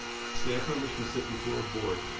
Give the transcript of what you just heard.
staff members can sit before a board